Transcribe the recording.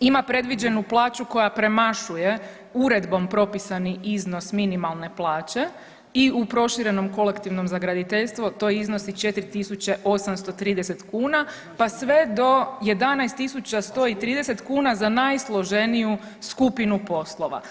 ima predviđenu plaću koja premašuje uredbom propisani iznos minimalno plaće i u proširenom kolektivnom za graditeljstvo to iznosi 4.830 kuna, pa sve do 11.130 kuna za najsloženiju skupinu poslova.